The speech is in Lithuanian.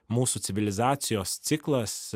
mūsų civilizacijos ciklas